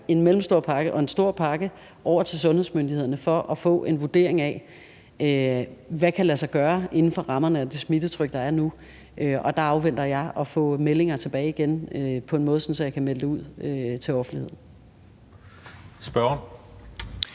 en mellemstor pakke og en stor pakke over til sundhedsmyndighederne for at få en vurdering af, hvad der kan lade sig gøre inden for rammerne af det smittetryk, der er nu. Og der afventer jeg at få meldinger tilbage igen på en måde, så jeg kan melde det ud til offentligheden. Kl.